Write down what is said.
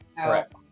Correct